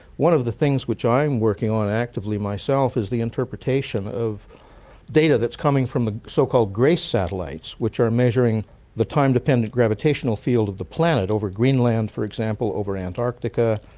one of the things which i'm working on actively myself is the interpretation of data that's coming from the so-called grace satellites which are measuring the time dependent gravitational field of the planet, over greenland, for example, over antarctica,